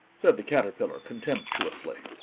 said the caterpillar contemptuously.